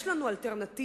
יש לנו אלטרנטיבה,